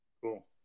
Cool